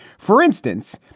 for instance,